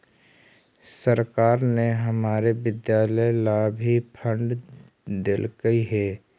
सरकार ने हमारे विद्यालय ला भी फण्ड देलकइ हे